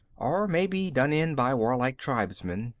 or maybe done in by warlike tribesmen.